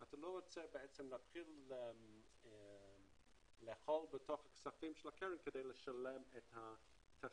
אתה לא רוצה להתחיל לאכול את הכספים של הקרן כדי לשלם את התשתיות,